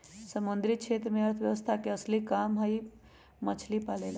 समुद्री क्षेत्र में अर्थव्यवस्था के असली काम हई मछली पालेला